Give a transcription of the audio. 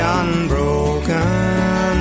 unbroken